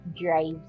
drives